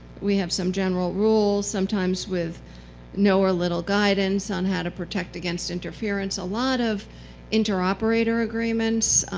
we have some general rules, sometimes with no or little guidance, on how to protect against interference. a lot of inter-operator agreements.